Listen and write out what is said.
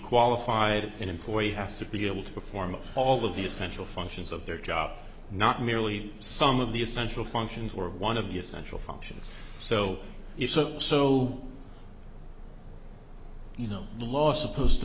qualified an employee has to be able to perform all of the essential functions of their job not merely some of the essential functions or one of the essential functions so it's a so you know the law supposed to